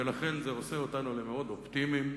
ולכן זה עושה אותנו למאוד אופטימיים.